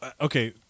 okay